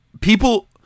people